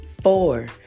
four